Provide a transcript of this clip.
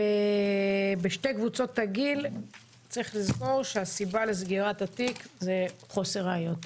ובשתי קבוצות הגיל צריך לזכור שהסיבה לסגירת התיק זה חוסר ראיות.